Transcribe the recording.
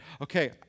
Okay